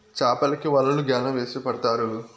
చాపలకి వలలు గ్యాలం వేసి పడతారు